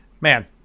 man